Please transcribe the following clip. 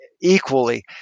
equally